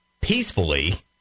peacefully